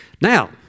Now